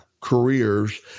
careers